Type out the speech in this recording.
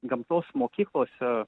gamtos mokyklose